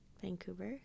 Vancouver